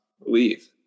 leave